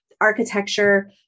architecture